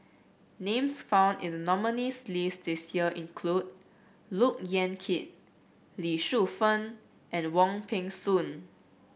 names found in the nominees' list this year include Look Yan Kit Lee Shu Fen and Wong Peng Soon